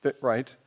right